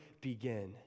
begin